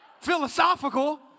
Philosophical